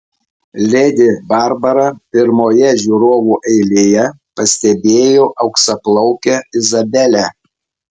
ledi barbara pirmoje žiūrovų eilėje pastebėjo auksaplaukę izabelę